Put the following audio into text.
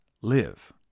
live